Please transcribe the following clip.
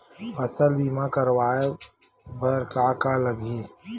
फसल बीमा करवाय बर का का लगही?